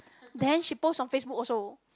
then she post on Facebook also